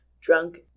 drunk